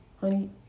Honey